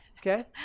okay